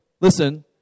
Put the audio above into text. listen